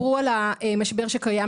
וחשוב לנו לשמוע כמה מה-122,000 שזכאים לקבל,